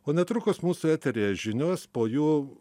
o netrukus mūsų eteryje žinios po jų